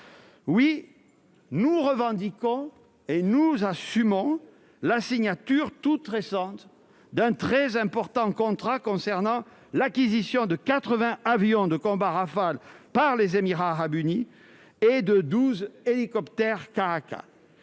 nous revendiquons et nous assumons la signature récente d'un très important contrat prévoyant l'acquisition de 80 avions de combat Rafale par les Émirats arabes unis et de 12 hélicoptères